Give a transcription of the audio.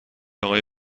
آقای